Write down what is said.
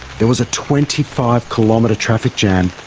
there was a twenty five kilometre traffic jam,